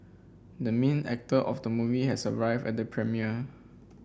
the main actor of the movie has arrived at the premiere